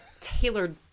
Tailored